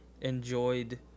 enjoyed